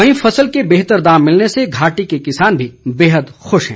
वहीं फसल के बेहतर दाम मिलने से घाटी के किसान भी बेहद खुश हैं